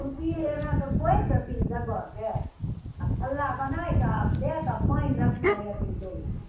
खुरपी एना कऽ कोरि देथिन जगहके आ थल्ला बनाइ कऽ आ दए कऽ पानि रखने रहथिन डोलमे